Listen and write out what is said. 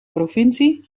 provincie